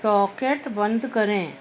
socket بند کریں